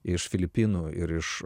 iš filipinų ir iš